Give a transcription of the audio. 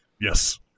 Yes